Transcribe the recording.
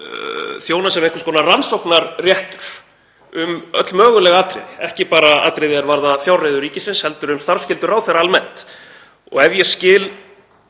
þjóna sem einhvers konar rannsóknarréttur um öll möguleg atriði, ekki bara atriði er varða fjárreiður ríkisins heldur um starfsskyldur ráðherra almennt. Ef ég skil